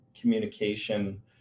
communication